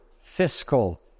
fiscal